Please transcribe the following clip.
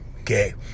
Okay